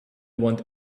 want